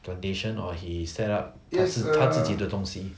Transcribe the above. plantation or he set up 他自他自己的东西